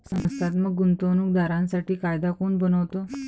संस्थात्मक गुंतवणूक दारांसाठी कायदा कोण बनवतो?